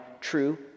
true